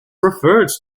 referred